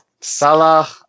Salah